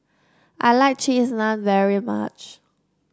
I like Cheese Naan very much